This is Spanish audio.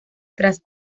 tras